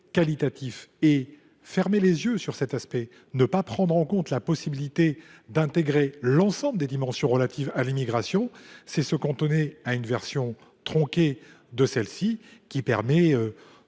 qualitatif. Fermer les yeux sur cet aspect, ne pas prendre en compte la possibilité d’intégrer l’ensemble des dimensions relatives à l’immigration, c’est se cantonner à une version tronquée de celle ci, qui permet